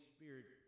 Spirit